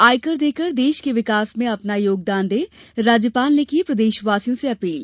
आयकर देकर देश के विकास में अपना योगदान दे राज्यपाल ने की प्रदेशवासियों से अपील